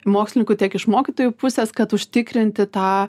mokslininkų tiek iš mokytojų pusės kad užtikrinti tą